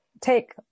take